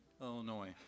Illinois